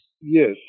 Yes